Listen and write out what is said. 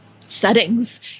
settings